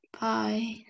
Bye